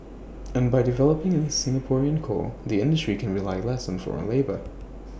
and by developing A Singaporean core the industry can rely less on foreign labour